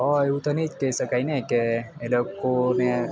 તો એવું તો નહીં જ કહી શકાય ને કે એ લોકોને